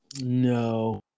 No